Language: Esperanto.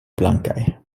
blankaj